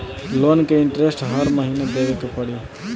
Loan के interest हर महीना देवे के पड़ी?